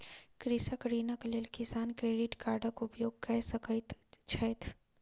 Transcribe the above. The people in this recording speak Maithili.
कृषक ऋणक लेल किसान क्रेडिट कार्डक उपयोग कय सकैत छैथ